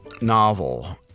novel